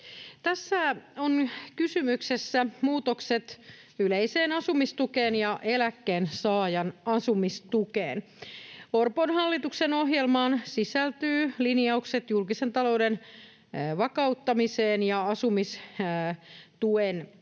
Tässä ovat kysymyksessä muutokset yleiseen asumistukeen ja eläkkeensaajan asumistukeen. Orpon hallituksen ohjelmaan sisältyvät linjaukset julkisen talouden vakauttamiseen ja asumistuen menojen